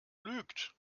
lügt